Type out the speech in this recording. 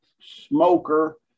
smoker